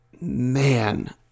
man